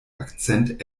akzent